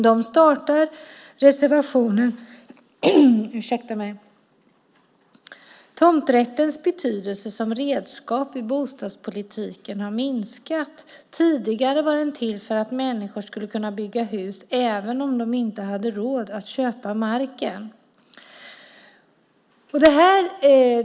I reservationen står följande: "Tomträttens betydelse som redskap i bostadspolitiken har minskat. Tidigare var den till för att människor skulle kunna bygga hus även om de inte hade råd att köpa marken."